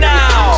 now